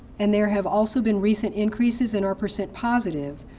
and there have also been recent increases in our percent positive,